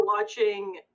watching